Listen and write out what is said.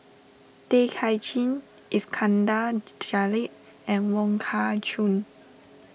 Tay Kay Chin Iskandar Jalil and Wong Kah Chun